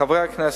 חברי הכנסת,